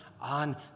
on